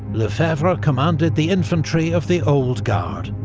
lefebvre ah commanded the infantry of the old guard.